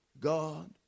God